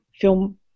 film